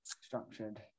structured